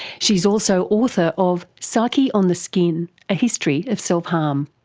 she's also author of psyche on the skin a history of self-harm.